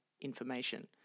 information